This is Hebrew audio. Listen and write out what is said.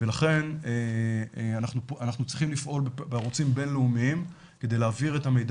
ולכן אנחנו צריכים לפעול בערוצים בינלאומיים כדי להעביר את המידע